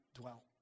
dwell